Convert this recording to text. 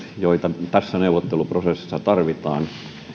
joita tässä neuvotteluprosessissa tarvitaan